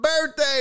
birthday